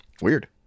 Weird